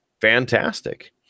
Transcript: fantastic